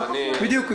(היו"ר יזהר שי, 14:55) בדיוק.